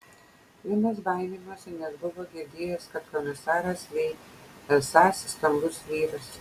linas baiminosi nes buvo girdėjęs kad komisaras vei esąs stambus vyras